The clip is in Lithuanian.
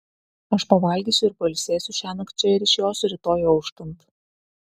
aš pavalgysiu ir pailsėsiu šiąnakt čia ir išjosiu rytoj auštant